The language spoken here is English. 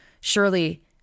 Surely